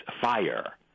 fire